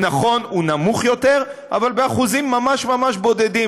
נכון, הוא נמוך יותר, אבל באחוזים ממש ממש בודדים.